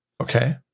Okay